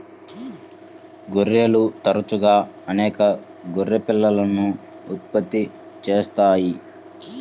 గొర్రెలు తరచుగా అనేక గొర్రె పిల్లలను ఉత్పత్తి చేస్తాయి